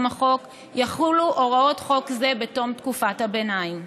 החוק יחולו הוראות חוק זה בתום תקופת הביניים.